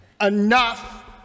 Enough